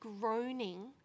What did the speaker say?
groaning